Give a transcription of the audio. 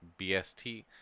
BST